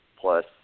plus